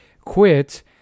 quit